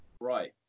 Right